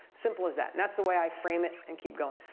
simple as that. and that's the way i frame it and keep going.